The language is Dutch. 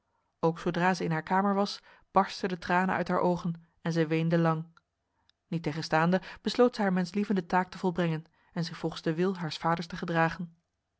ook zodra zij in haar kamer was barstten de tranen uit haar ogen en zij weende lang niettegenstaande besloot zij haar menslievende taak te volbrengen en zich volgens de wil haars vaders te gedragen